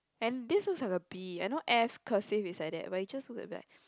and this so like a B I know f cursive is like that but you just look her back